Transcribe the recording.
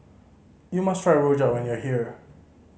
you must try rojak when you are here